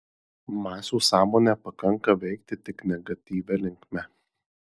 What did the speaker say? masių sąmonę pakanka veikti tik negatyvia linkme